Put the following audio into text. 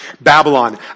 Babylon